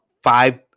Five